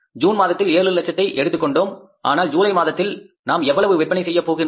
June மாதத்தில் 7 லட்சத்தை எடுத்துக் கொண்டோம் ஆனால் ஜூலை மாதத்தில் நாம் எவ்வளவு விற்பனை போகின்றோம்